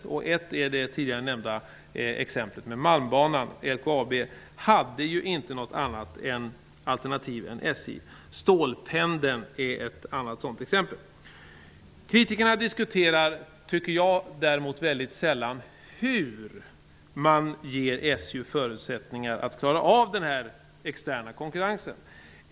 Ett sådant exempel är den redan tidigare nämnda Malmbanan. LKAB hade ju inte något annat alternativ än det som SJ kunde erbjuda. Stålpendeln är ett liknande exempel. Kritikerna diskuterar däremot mycket sällan hur man kan ge SJ förutsättningar att klara av den externa konkurrensen.